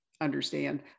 understand